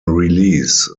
release